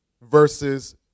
versus